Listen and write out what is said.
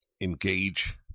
engage